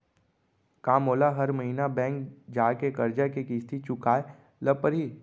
का मोला हर महीना बैंक जाके करजा के किस्ती चुकाए ल परहि?